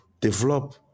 develop